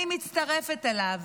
אני מצטרפת אליו,